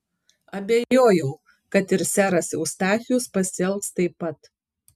abejojau kad ir seras eustachijus pasielgs taip pat